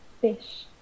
fish